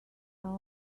are